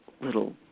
little